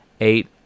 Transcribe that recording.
eight